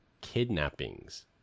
kidnappings